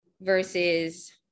versus